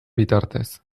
bitartez